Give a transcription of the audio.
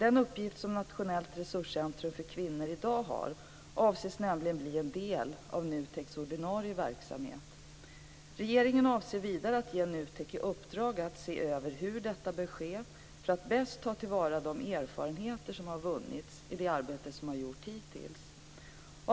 Den uppgift som Nationellt resurscentrum för kvinnor i dag har avses nämligen bli en del av NUTEK:s ordinarie verksamhet. Regeringen avser vidare att ge NUTEK i uppdrag att se över hur detta bör ske, för att bäst ta till vara de erfarenheter som har vunnits i det arbete som gjorts hittills.